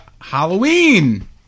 Halloween